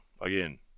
again